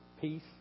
peace